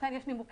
לכן יש נימוקים,